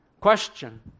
question